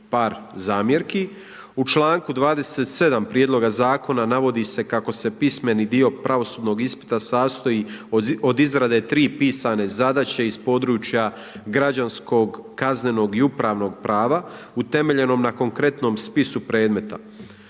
par zamjerki. U članku 27. prijedloga zakona, navodi se kako se pismeni dio pravosudnog ispita sastoji od izrade tri pisane zadaće iz područja građanskog, kaznenog i upravnog prava utemeljenog na konkretnom spisu predmeta.